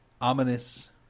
ominous